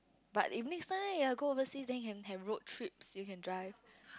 but if next time you want to go overseas then you can have road trips you can drive